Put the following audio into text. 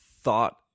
thought